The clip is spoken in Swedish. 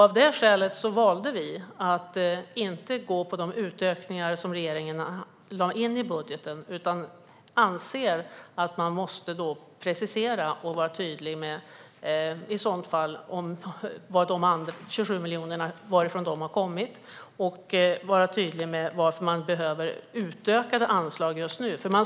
Av det skälet valde vi i Centerpartiet att inte gå med på de förslag till utökningar som regeringen har lagt in i budgeten. Vi anser att man måste precisera och vara tydlig med varifrån de 27 miljonerna har kommit och varför det behövs utökade anslag just nu.